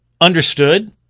understood